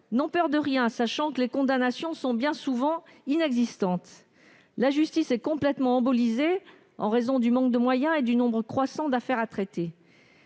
n'ont peur de rien, sachant que les condamnations sont bien souvent inexistantes. La justice est complètement embolisée, en raison du manque de moyens et du nombre croissant d'affaires à traiter